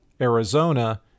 Arizona